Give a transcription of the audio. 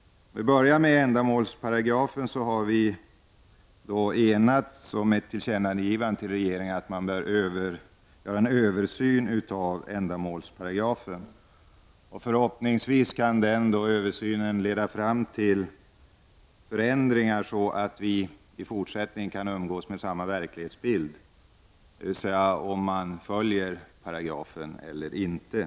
Vi har enats om ett tillkännagivande till regeringen om en översyn av ändamålsparagrafen bör ske. Förhoppningsvis kan den översynen leda till förändringar som gör att vi i fortsättningen kan umgås med samma verklighetsbild, dvs. ha vetskap om ändamålsparagrafen följs eller inte.